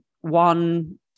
one